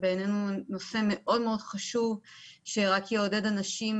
בעינינו זה נושא מאוד חשוב שרק יעודד אנשים